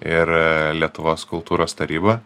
ir lietuvos kultūros taryba